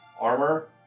armor